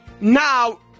now